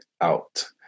out